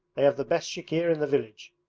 they have the best chikhir in the village.